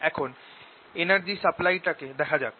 এখন energy supply টাকে দেখা যাক